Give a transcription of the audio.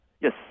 Yes